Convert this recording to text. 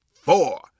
four